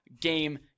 game